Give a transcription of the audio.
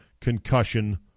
concussion